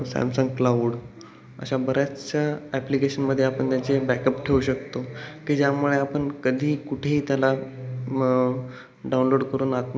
Samsung cloud अशा बऱ्याचशा ॲप्लिकेशनमध्ये आपण त्याचे बॅकअप ठेवू शकतो की ज्यामुळे आपण कधीही कुठेही त्याला डाउनलोड करून आत